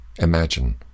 Imagine